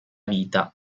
vita